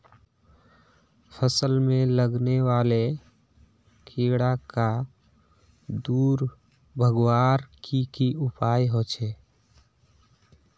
फसल में लगने वाले कीड़ा क दूर भगवार की की उपाय होचे?